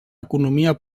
economia